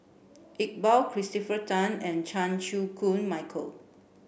Iqbal Christopher Tan and Chan Chew Koon Michael